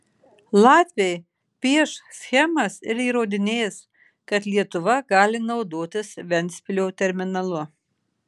latviai pieš schemas ir įrodinės kad lietuva gali naudotis ventspilio terminalu